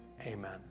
Amen